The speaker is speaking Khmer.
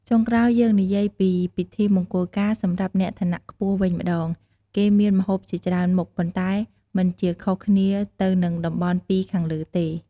ចុងក្រោយយើងនិយាយពីពិធីមង្គលការសម្រាប់អ្នកឋានៈខ្ពស់វិញម្តង គេមានម្ហូបជាច្រើនមុខប៉ុន្តែមិនជាខុសគ្នាទៅនឹងតំបន់២ខាងលើទេ។